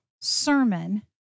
sermon